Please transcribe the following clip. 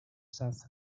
south